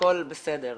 הכל בסדר,